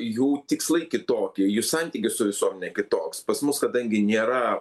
jų tikslai kitokie jų santykis su visuomene kitoks pas mus kadangi nėra